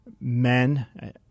Men